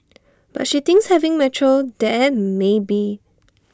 but she thinks having metro there may be